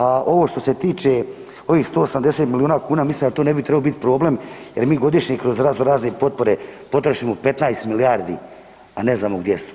A ovo što se tiče ovih 180 milijuna kuna mislim da to ne bi trebao biti problem, jer mi godišnje kroz razno-razne potpore potrošimo 15 milijardi a ne znamo gdje su.